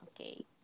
Okay